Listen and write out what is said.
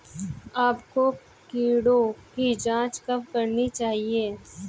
आपको कीटों की जांच कब करनी चाहिए?